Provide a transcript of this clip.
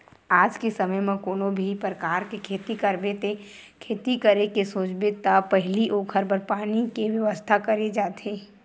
आज के समे म कोनो भी परकार के खेती करबे ते खेती करे के सोचबे त पहिली ओखर बर पानी के बेवस्था करे जाथे